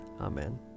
Amen